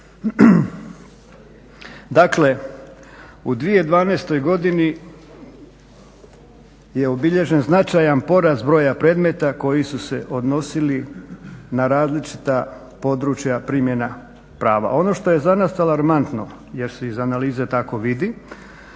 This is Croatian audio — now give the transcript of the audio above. Dakle, u 2012. godini je obilježen značajan porast broja predmeta koji su se odnosili na različita područja primjena prava. Ono što je za nas alarmantno, jer se iz analize tako vidi,